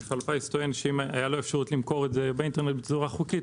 מפעל הפיס טוען שאם הייתה לו אפשרות למכור באינטרנט בצורה חוקית,